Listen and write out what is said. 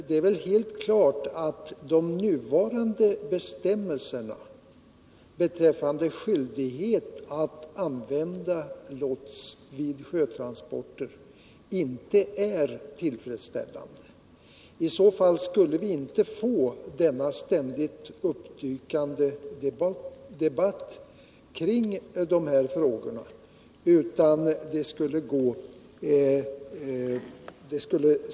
Det är väl helt klart att de nuvarande bestämmelserna om skyldighet att använda lots vid sjötransporter inte är tillfredsställande. Annars skulle vi inte få den ständigt uppdykande debatten kring dessa frågor.